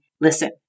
listen